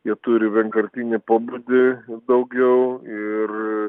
jie turi vienkartinį pobūdį daugiau ir